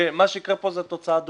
מה שיקרה פה זו תוצאה דומה.